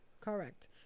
Correct